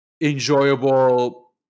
enjoyable